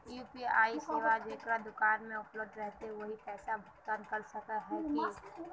UPI सेवाएं जेकरा दुकान में उपलब्ध रहते वही पैसा भुगतान कर सके है की?